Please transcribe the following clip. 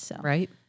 Right